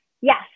Yes